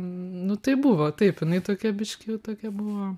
nu tai buvo taip jinai tokia biškį tokia buvo